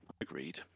Agreed